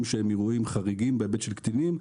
שהם אירועים חריגים בהיבט של קטינים.